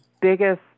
biggest